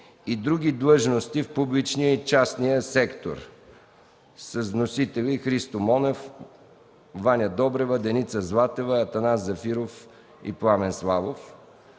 и други длъжности в публичния и частния сектор. Вносители – Христо Монов, Ваня Добрева, Деница Златева, Атанас Зафиров и Пламен Славов.